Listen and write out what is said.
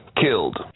killed